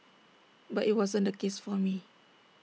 but IT wasn't the case for me